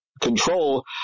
control